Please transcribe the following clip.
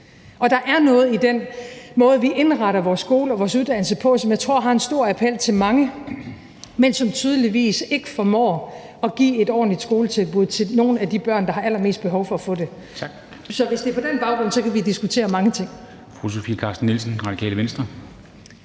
Der er noget i den måde, vi indretter vores skole og vores uddannelser på, som jeg tror har en stor appel til mange, men man formår tydeligvis ikke at give et ordentligt skoletilbud til nogle af de børn, der har allermest behov for at få det. Så hvis det er på den baggrund, vi taler, kan vi diskutere mange ting.